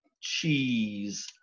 cheese